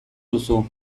duzu